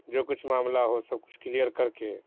جو کچھ معاملہ ہو سب کچھ کلیئر کر کے